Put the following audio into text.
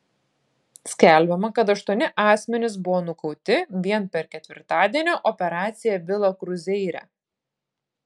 skelbiama kad aštuoni asmenys buvo nukauti vien per ketvirtadienio operaciją vila kruzeire